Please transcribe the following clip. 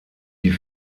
die